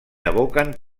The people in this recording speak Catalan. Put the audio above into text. evoquen